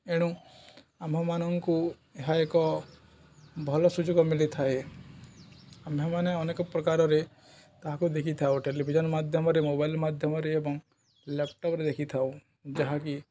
ଏଣୁ ଆମ୍ଭମାନଙ୍କୁ ଏହା ଏକ ଭଲ ସୁଯୋଗ ମିଳିଥାଏ ଆମ୍ଭେମାନେ ଅନେକ ପ୍ରକାରରେ ତାହାକୁ ଦେଖିଥାଉ ଟେଲିଭିଜନ୍ ମାଧ୍ୟମରେ ମୋବାଇଲ ମାଧ୍ୟମରେ ଏବଂ ଲ୍ୟାପଟପରେ ଦେଖିଥାଉ ଯାହାକି